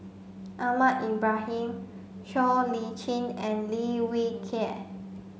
Ahmad Ibrahim Siow Lee Chin and Lim Wee Kiak